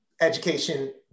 education